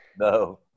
No